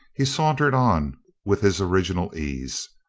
he sauntered on with his original ease.